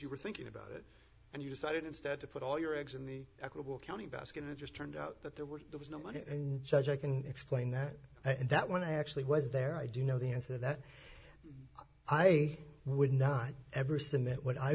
you were thinking about it and you decided instead to put all your eggs in the equitable county basket it just turned out that there were there was no money and such i can explain that and that when i actually was there i do know the answer that i would not ever